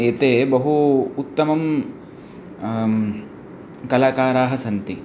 एते बहु उत्तमं कलाकाराः सन्ति